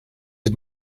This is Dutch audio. het